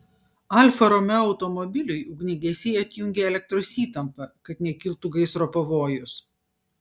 alfa romeo automobiliui ugniagesiai atjungė elektros įtampą kad nekiltų gaisro pavojus